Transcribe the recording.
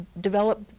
develop